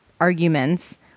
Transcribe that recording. arguments